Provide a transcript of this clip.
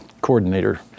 Coordinator